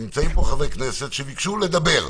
נמצאים פה חברי כנסת שביקשו לדבר.